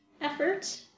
effort